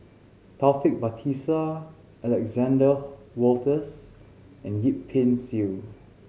Taufik Batisah Alexander Wolters and Yip Pin Xiu